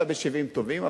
ב-70 טובעים.